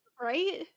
right